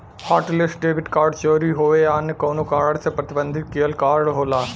hotlist debit card चोरी होये या अन्य कउनो कारण से प्रतिबंधित किहल कार्ड होला